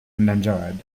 endangered